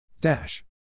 Dash